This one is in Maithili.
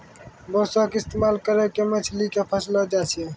बांसो के इस्तेमाल करि के मछली के फसैलो जाय छै